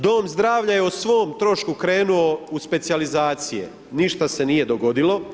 Dom zdravlja je o svom trošku krenuo u specijalizacije, ništa se nije dogodilo.